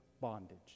bondage